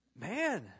Man